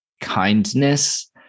kindness